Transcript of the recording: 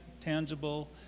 tangible